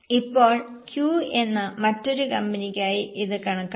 ഇപ്പോൾ Q എന്ന മറ്റൊരു കമ്പനിക്കായി ഇത് കണക്കാക്കുക